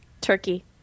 turkey